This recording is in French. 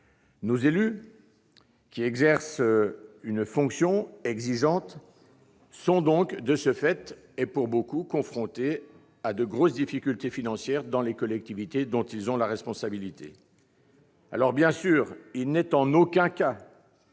Nos élus, qui exercent une fonction exigeante, se trouvent donc pour beaucoup confrontés à de graves difficultés financières dans les collectivités dont ils ont la responsabilité. Bien sûr, il n'est en aucun cas